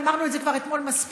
וכבר אמרנו את זה אתמול מספיק.